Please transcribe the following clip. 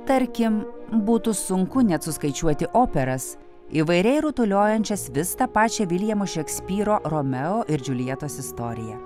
tarkim būtų sunku net suskaičiuoti operas įvairiai rutuliojančias vis tą pačią viljamo šekspyro romeo ir džiuljetos istoriją